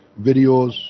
videos